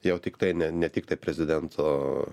jau tiktai ne ne tiktai prezidento